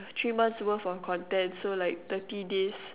three months worth of content so like thirty days